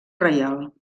reial